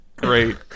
Great